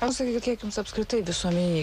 o sakykit kiek jums apskritai visuomeniai